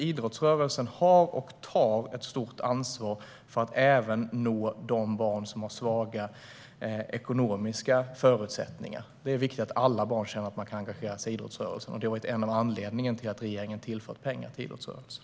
Idrottsrörelsen har och tar ett stort ansvar för att även nå de barn som har svaga ekonomiska förutsättningar. Det är viktigt att alla barn känner att de kan engagera sig i idrottsrörelsen. Det är en av anledningarna till att regeringen tillför pengar till idrottsrörelsen.